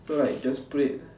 so like just put it